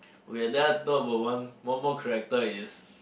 okay then I talk about one one more character is